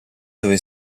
dove